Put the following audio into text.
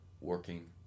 working